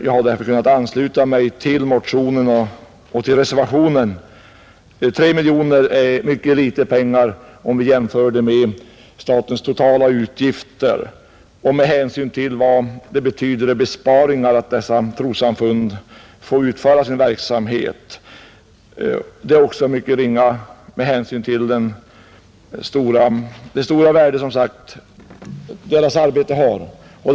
Jag har därför kunnat ansluta mig till motionen och till reservationen. 3 miljoner är mycket litet pengar om vi jämför det med statens totala utgifter och med hänsyn till vad det betyder i besparingar att dessa trossamfund får utföra sin verksamhet. Det är också mycket ringa med hänsyn till det stora värde som samfundens arbete som sagt har.